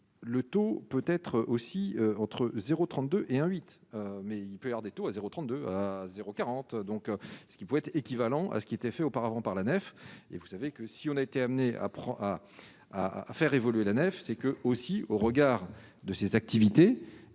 le taux peut-être aussi entre 0 32 et 1 8 mais il peut avoir des taux à 0 32 à 0 40, donc ce qui pouvait être équivalent à ce qui était fait auparavant par la nef et vous savez que si on a été amené à à à à faire évoluer la nef, c'est que, aussi, au regard de ses activités,